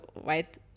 white